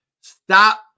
stop